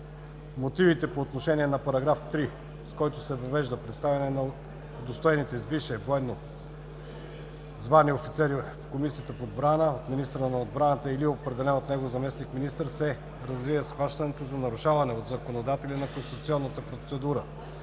В мотивите по отношение на § 3, с който се въвежда представяне на удостоените с висше военно звание офицери в Комисията по отбрана от министъра на отбраната или определен от него заместник-министър се развива схващането за нарушаване от законодателя на конституционната процедура